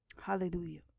hallelujah